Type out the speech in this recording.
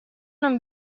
non